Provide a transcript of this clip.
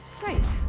great!